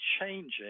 changing